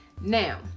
Now